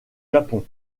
japon